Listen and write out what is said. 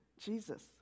Jesus